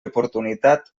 oportunitat